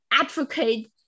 advocate